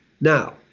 Now